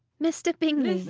mr. bingley